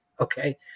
Okay